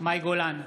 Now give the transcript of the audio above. מאי גולן,